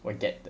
will get 的